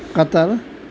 Qatar